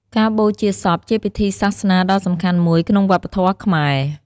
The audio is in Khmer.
ការបូជាសពជាពិធីសាសនាដ៏សំខាន់មួយក្នុងវប្បធម៌ខ្មែរ។